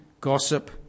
gossip